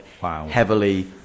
heavily